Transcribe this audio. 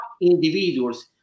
individuals